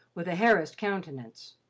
with a harassed countenance.